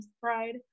pride